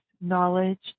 knowledge